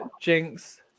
Jinx